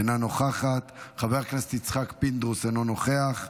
אינה נוכחת, חבר הכנסת יצחק פינדרוס, אינו נוכח.